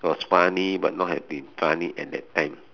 was funny but not have been funny at that time